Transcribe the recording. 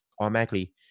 Automatically